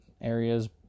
areas